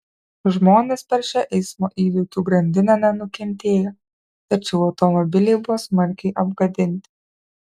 žmonės per šią eismo įvykių grandinę nenukentėjo tačiau automobiliai buvo smarkiai apgadinti